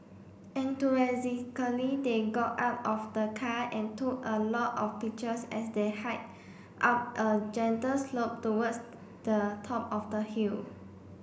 enthusiastically they got out of the car and took a lot of pictures as they hiked up a gentle slope towards the top of the hill